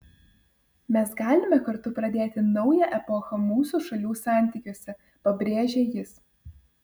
mes galime kartu pradėti naują epochą mūsų šalių santykiuose pabrėžė jis